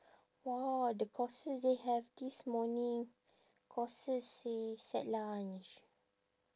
!wah! the courses they have this morning courses seh set lunch